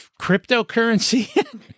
cryptocurrency